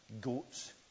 goats